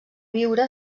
viure